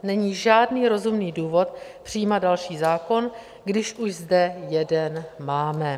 Není žádný rozumný důvod přijímat další zákon, když už zde jeden máme.